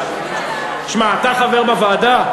אפילו התייעצות לא התקיימה, תשמע, אתה חבר בוועדה?